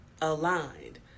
aligned